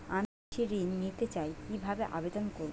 আমি কৃষি ঋণ নিতে চাই কি ভাবে আবেদন করব?